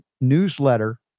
newsletter